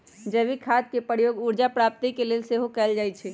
जैविक खाद के प्रयोग ऊर्जा प्राप्ति के लेल सेहो कएल जाइ छइ